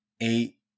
eight